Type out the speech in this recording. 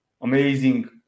amazing